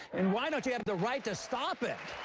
and why don't you have the right to stop it?